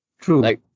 true